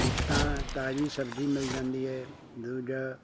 ਇੱਕ ਤਾਂ ਤਾਜ਼ੀ ਸਬਜ਼ੀ ਮਿਲ ਜਾਂਦੀ ਹੈ ਦੂਜਾ